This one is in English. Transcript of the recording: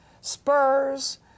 spurs